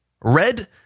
Red